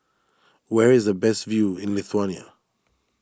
where is the best view in Lithuania